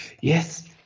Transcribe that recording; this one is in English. yes